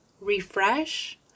refresh